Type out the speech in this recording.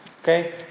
Okay